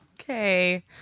Okay